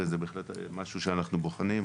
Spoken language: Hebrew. וזה בהחלט משהו שאנחנו בוחנים.